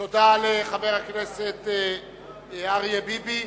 תודה לחבר הכנסת אריה ביבי.